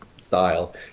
style